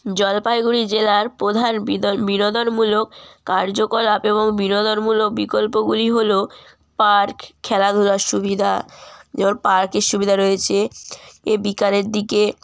জলপাইগুড়ি জেলার প্রধান বিদোন বিনোদনমূলক কার্যকলাপ এবং বিনোদনমূলক বিকল্পগুলি হল পার্ক খেলাধুলার সুবিধা যেমন পার্কের সুবিধা রয়েছে এ বিকালের দিকে